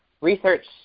research